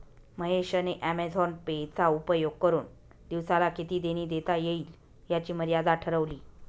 महेश ने Amazon pay चा उपयोग करुन दिवसाला किती देणी देता येईल याची मर्यादा ठरवली